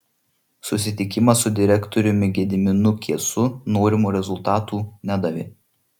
susitikimas su direktoriumi gediminu kiesu norimų rezultatų nedavė